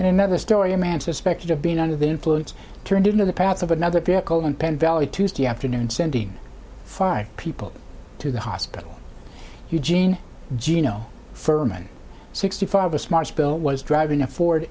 and another story a man suspected of being under the influence turned into the path of another vehicle and penn valley tuesday afternoon sending five people to the hospital eugene geno firman sixty five this march bill was driving a ford